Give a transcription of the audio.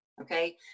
okay